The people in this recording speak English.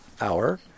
hour